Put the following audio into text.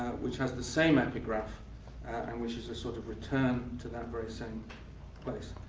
which has the same epigraph, and which is a sort of return to that very same place.